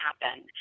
happen